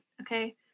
okay